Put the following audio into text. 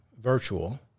virtual